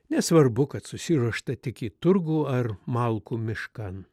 nesvarbu kad susiruošta tik į turgų ar malkų miškan